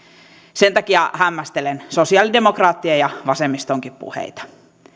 sen takia hämmästelen sosialidemokraattien ja vasemmistonkin puheita